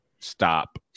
stop